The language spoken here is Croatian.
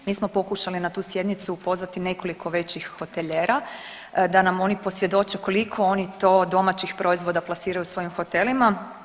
Mi smo pokušali na tu sjednicu pozvati nekoliko većih hotelijera da nam oni posvjedoče koliko oni to domaćih proizvoda plasiraju u svojim hotelima.